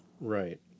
Right